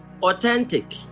Authentic